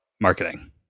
marketing